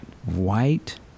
White